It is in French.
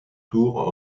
tour